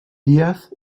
díaz